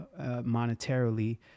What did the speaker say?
monetarily